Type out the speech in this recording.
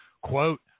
quote